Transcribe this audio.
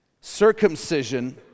Circumcision